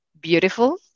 beautiful